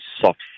soft